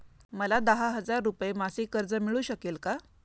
मला दहा हजार रुपये मासिक कर्ज मिळू शकेल का?